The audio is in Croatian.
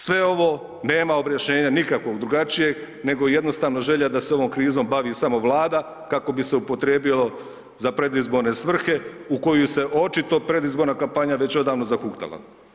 Sve ovo nema objašnjenja nikakvog drugačijeg nego jednostavno želja da se ovom krizom bavi samo Vlada kako bi se upotrijebilo za predizborne svrhe u koju se očito predizborna kampanja već odavno zahuktala.